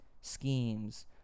schemes